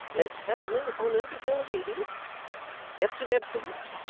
let's have no honour before ladies captain absolute,